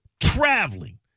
traveling